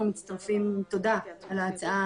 אנחנו מצטרפים, תודה על ההצעה